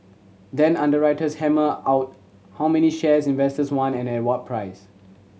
then underwriters hammer out how many shares investors want and at what price